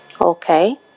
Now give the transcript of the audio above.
okay